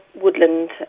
woodland